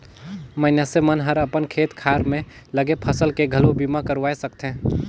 मइनसे मन हर अपन खेत खार में लगे फसल के घलो बीमा करवाये सकथे